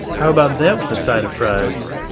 how about that with a side of fries?